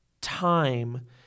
time